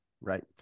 right